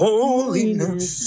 Holiness